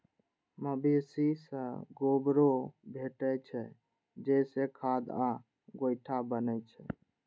मवेशी सं गोबरो भेटै छै, जइसे खाद आ गोइठा बनै छै